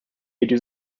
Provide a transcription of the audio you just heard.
jiġi